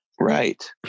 Right